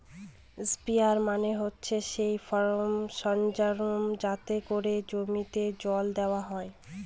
sprayer মানে হচ্ছে সেই ফার্ম সরঞ্জাম যাতে করে জমিতে জল দেওয়া হয়